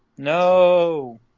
No